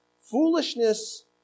Foolishness